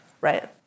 Right